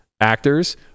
actors